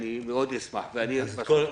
ומאוד אשמח לקבל תשובה.